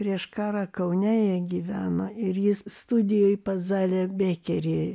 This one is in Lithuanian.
prieš karą kaune jie gyveno ir jis studijoj pas zalę bekerį